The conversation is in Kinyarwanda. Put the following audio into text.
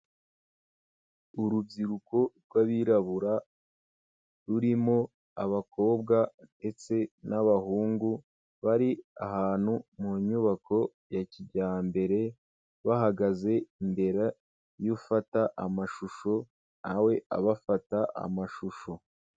Urubyiruko rw'abirabura rurimo abakobwa ndetse n'abahungu, bari ahantu mu nyubako ya kijyambere, bahagaze imbere y'ufata amashusho na we abafata amashusho.